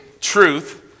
truth